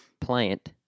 plant